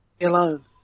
alone